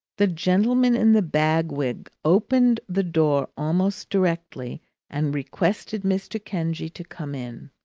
the gentleman in the bag wig opened the door almost directly and requested mr. kenge to come in.